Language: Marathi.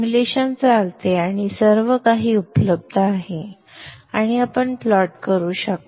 सिम्युलेशन चालते आणि सर्वकाही उपलब्ध आहे आणि आपण प्लॉट करू शकता